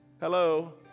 Hello